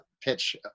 pitch